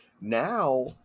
Now